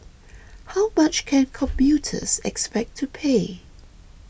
how much can commuters expect to pay